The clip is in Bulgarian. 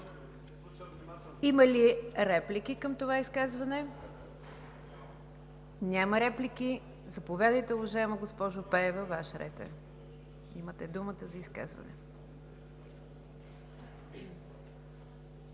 Има ли реплики към това изказване? Няма. Заповядайте, уважаема госпожо Пеева – имате думата за изказване.